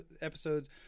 episodes